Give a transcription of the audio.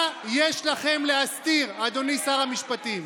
מה יש לכם להסתיר, אדוני שר המשפטים?